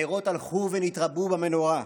הנרות הלכו ונתרבו במנורה,